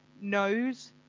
knows